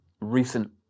recent